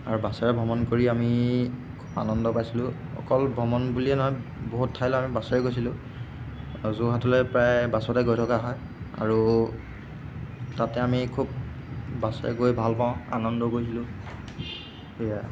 আৰু বাছেৰে ভ্ৰমণ কৰি আমি খুব আনন্দ পাইছিলো অকল ভ্ৰমণ বুলিয়েই নহয় বহুত ঠাইলৈ আমি বাছেৰে গৈছিলো যোৰহাটলৈ প্ৰায় বাছতে গৈ থকা হয় আৰু তাতে আমি খুব বাছেৰে গৈ ভাল পাওঁ আনন্দ কৰিছিলো সেয়াই